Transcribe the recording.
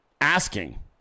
asking